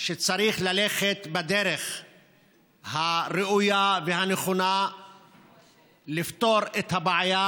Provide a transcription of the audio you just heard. שצריך ללכת בדרך הראויה והנכונה לפתור את הבעיה,